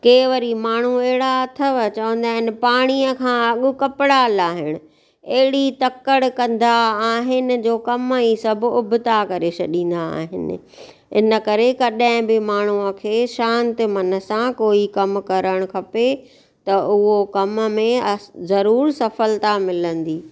के वरी माण्हू अहिड़ा अथव चवंदा आहिनि पाणीअ खां अॻु कपिड़ा लाहिणु अहिड़ी तकड़ि कंदा आहिनि जो कम ई सभु उबता करे छॾींदा आहिनि इन करे कॾहिं बि माण्हूअ खे शांत मन सां कोई कमु करणु खपे त उहो कम में ज़रूरु सफलता मिलंदी